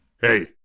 Hey